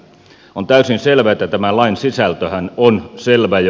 on täysin selvä että tämän lain sisältöhän on selvä jo